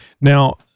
Now